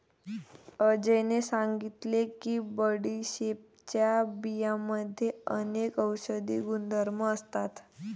अजयने सांगितले की बडीशेपच्या बियांमध्ये अनेक औषधी गुणधर्म असतात